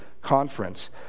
conference